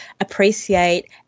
appreciate